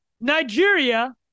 Nigeria